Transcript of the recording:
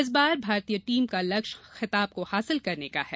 इस बार भारतीय टीम का लक्ष्य खिताब को हासिल करने का है